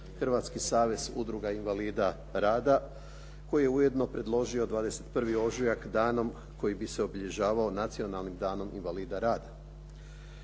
Hrvatski savez udruga invalida rada koji je ujedno predložio 21. ožujak danom kojim bi se obilježavao “nacionalnim danom invalida rada“.